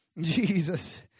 Jesus